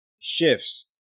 shifts